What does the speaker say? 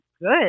good